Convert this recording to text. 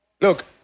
Look